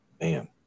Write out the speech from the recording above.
Man